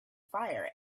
fire